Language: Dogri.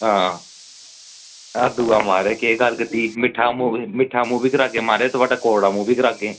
आं म्हाराज दूऐ आ माल ऐ ते मिट्ठा मूंह् बी करागे ते कौड़ा मूंह् बी करागे